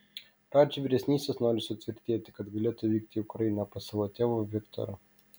radži vyresnysis nori sutvirtėti kad galėtų vykti į ukrainą pas savo tėvą viktorą